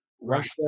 Russia